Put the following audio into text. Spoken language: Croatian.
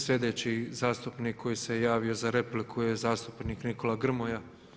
Slijedeći zastupnik koji se javio za repliku je zastupnik Nikola Grmoja.